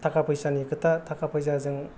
थाखा फैसानि खोथा थाखा फैसाजों